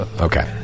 Okay